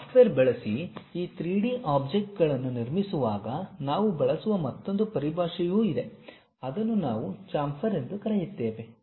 software ಬಳಸಿ ಈ 3 D ಆಬ್ಜೆಕ್ಟ್ಗಳನ್ನು ನಿರ್ಮಿಸುವಾಗ ನಾವು ಬಳಸುವ ಮತ್ತೊಂದು ಪರಿಭಾಷೆಯೂ ಇದೆ ಅದನ್ನು ನಾವು ಚಾಂಫರ್ ಎಂದು ಕರೆಯುತ್ತೇವೆ